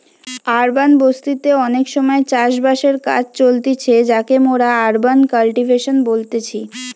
urban বসতি তে অনেক সময় চাষ বাসের কাজ চলতিছে যাকে মোরা আরবান কাল্টিভেশন বলতেছি